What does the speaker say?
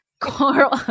Coral